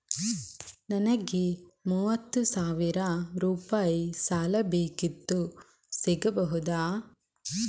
ನನಗೆ ಮೂವತ್ತು ಸಾವಿರ ರೂಪಾಯಿ ಸಾಲ ಬೇಕಿತ್ತು ಸಿಗಬಹುದಾ?